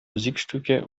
musikstücke